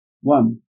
one